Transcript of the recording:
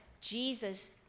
Jesus